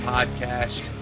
Podcast